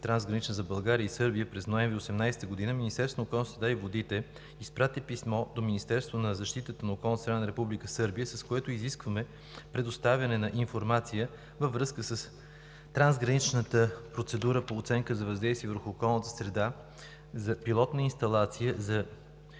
трансгранична за България и Сърбия, през месец ноември 2018 г. Министерството на околната среда и водите изпрати писмо до Министерството на защитата на околната среда на Република Сърбия, с което изискваме предоставяне на информация във връзка с трансграничната процедура по оценка за въздействие върху околната среда за пилотна инсталация за